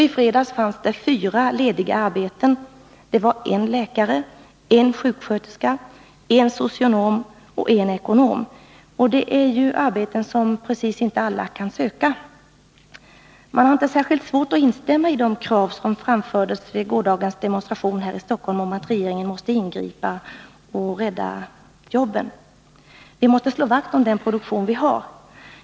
I fredags fanns det 4 lediga arbeten: 1 läkare, I sjuksköterska, I socionom och 1 ekonom. Det är ju arbeten som inte alla kan söka. Man har inte särskilt svårt att instämma i kravet vid gårdagens demonstration här i Stockholm att regeringen måste ingripa och rädda jobben. Vi måste slå vakt om den produktion vi har.